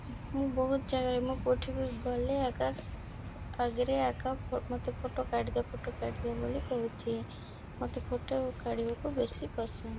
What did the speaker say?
ମୁଁ ବହୁତ ଜାଗାରେ ମୁଁ କେଉଁଠି କି ଗଲେ ଆକା ଆଗରେ ଆକା ମତେ ଫଟୋ କାଢ଼ିଦିଅ ଫଟୋ କାଢ଼ିଦିଅ ବୋଲି କହୁଛି ଫଟୋ ମତେ ଫଟୋ କାଢ଼ିବାକୁ ବେଶୀ ପସନ୍ଦ